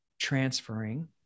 transferring